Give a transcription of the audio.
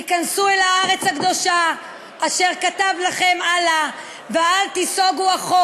היכנסו אל הארץ הקדושה אשר כתב לכם אלוהים.") ובעברית כתוב: